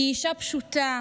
היא אישה פשוטה,